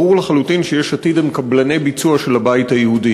ברור לחלוטין שיש עתיד הם קבלני ביצוע של הבית היהודי.